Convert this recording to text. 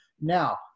Now